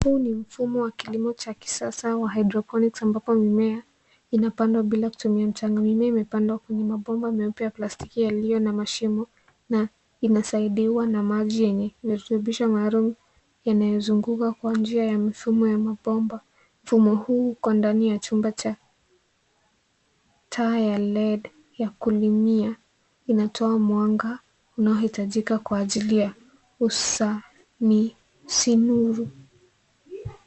Huu ni mfumo wa kilimo cha kisasa wa hydroponics ambapo mimea inapandwa bila kutumia mchanga. Mimea imepandwa kwenye mabomba meupe ya plastiki yaliyo na mashimo na inasaidiwa na maji yenye virutubisho maalum yanayozunguka kwa njia ya mifumo ya mabomba. Mfumo huu uko ndani ya chumba cha taa ya LED ya kulimia. Inatoa mwanga unaohitajika kwa ajili ya usanisinuru.